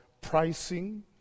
pricing